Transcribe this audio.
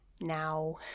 now